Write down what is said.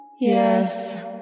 Yes